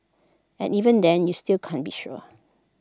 and even then you still can't be sure